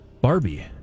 Barbie